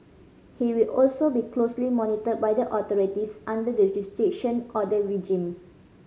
he will also be closely monitored by the authorities under the Restriction Order regime